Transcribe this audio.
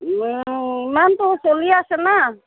ইমানটো চলি আছে না